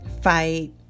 fight